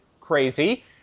crazy